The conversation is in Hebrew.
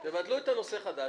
3 נמנעים,